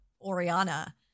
Oriana